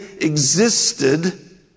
existed